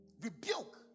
Rebuke